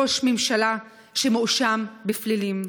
ראש ממשלה שמואשם בפלילים.